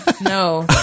No